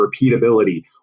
repeatability